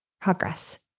progress